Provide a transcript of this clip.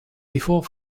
before